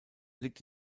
liegt